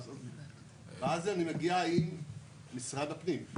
ואז אני מגיע עם משרד הפנים.